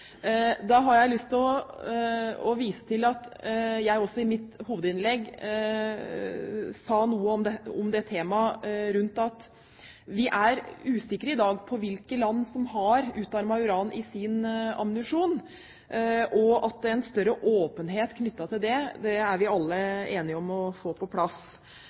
Jeg har lyst til å vise til at jeg også i mitt hovedinnlegg sa noe rundt temaet om at vi i dag er usikre på hvilke land som har utarmet uran i sin ammunisjon. En større åpenhet knyttet til det er vi alle enige om å få på plass.